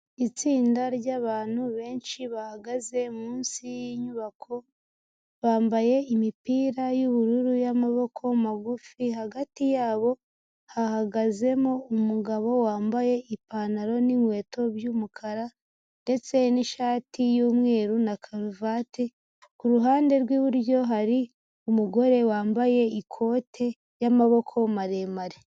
Itsinda ry'abantu benshi bahagaze munsi y'inyubako, bambaye imipira y'ubururu y'amaboko magufi, hagati yabo hahagazemo umugabo wambaye ipantaro n'inkweto by'umukara, ndetse n'ishati y'umweru na karuvati, ku ruhande rw'iburyo hari umugore wambaye ikote y'amaboko maremare.